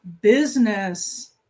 business